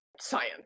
science